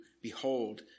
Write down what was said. Behold